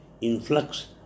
influx